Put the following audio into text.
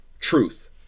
truth